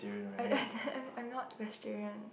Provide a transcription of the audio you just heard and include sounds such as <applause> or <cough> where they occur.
I <breath> I'm I'm not vegetarian